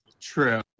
True